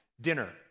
dinner